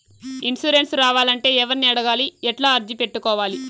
Insurance రావాలంటే ఎవర్ని అడగాలి? ఎట్లా అర్జీ పెట్టుకోవాలి?